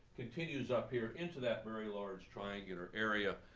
continues up here into that very large triangular area,